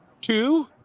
Two